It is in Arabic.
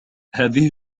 هذه